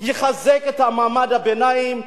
יחזק את מעמד הביניים.